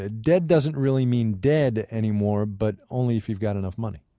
ah dead doesn't really mean dead anymore, but only if you've got enough money